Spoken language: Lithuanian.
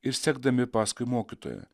ir sekdami paskui mokytoją